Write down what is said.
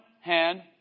hand